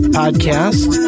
podcast